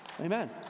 Amen